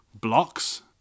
blocks